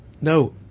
no